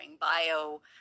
bio